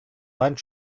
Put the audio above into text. wand